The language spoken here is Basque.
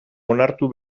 onartu